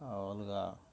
ଆଉ ଅଲଗା